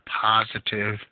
positive